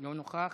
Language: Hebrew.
לא נוכח,